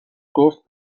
گفت